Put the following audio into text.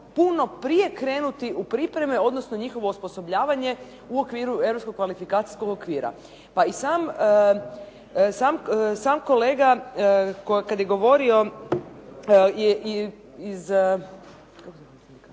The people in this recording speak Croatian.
puno prije krenuti u pripreme odnosno njihovo osposobljavanje u okviru Europskog kvalifikacijskog okvira. Sami kolege isto iz HDZ-a također su